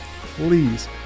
Please